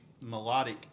melodic